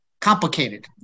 complicated